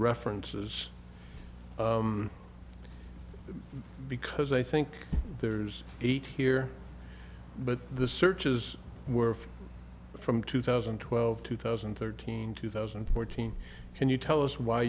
references because i think there's eight here but the searches were from two thousand and twelve two thousand and thirteen two thousand and fourteen can you tell us why